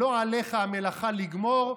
"לא עליך המלאכה לגמור,